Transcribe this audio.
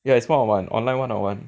yeah it's more of one online one on one